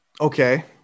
Okay